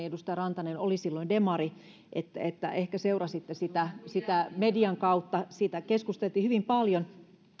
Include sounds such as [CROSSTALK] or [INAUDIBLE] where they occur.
[UNINTELLIGIBLE] edustaja rantanen oli silloin demari niin että ehkä seurasitte sitä sitä median kautta siitä keskusteltiin hyvin paljon